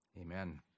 amen